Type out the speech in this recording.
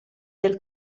del